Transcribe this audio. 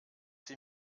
sie